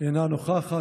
אינה נוכחת.